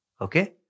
Okay